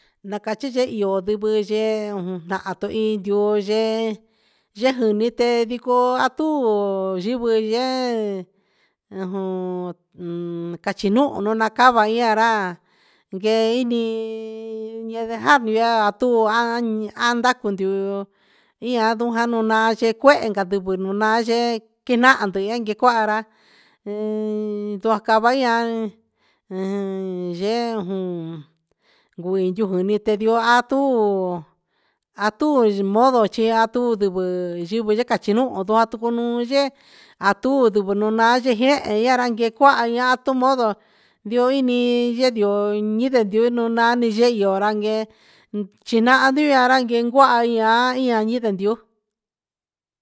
Ñakachi nde ihó diviyeiun un ndavii iin ndi'ó yee yee njunité, ndiko anduu yingui yé'e ujun nuu kachi nuu nonakava hi ará ñee indi ñenujatonrá tu an andakudi'o iin ayuu janio na'a achukuenda nanujano na'a na yee kirando na yee ni kuá, kara iin ndakuraña jan yee jun, ngueni yungunite tindua tuu atu mochi atu ndivii ndini kachino'o nduatuno yee, atu nduvo nonaye, yee naranke kuá ña'a tu modo dio ini che ndio ninde ndio nonani yen onranguié chinandu onrankie ngua iin há ñia ninden ndi'ó.